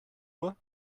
nur